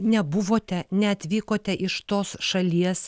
nebuvote neatvykote iš tos šalies